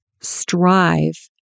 strive